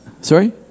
sorry